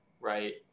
right